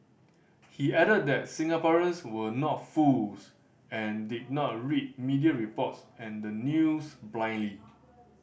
he added that Singaporeans were not fools and did not read media reports and the news blindly